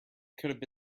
could